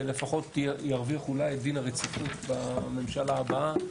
לפחות ירוויחו אולי את דין הרציפות בממשלה הבאה.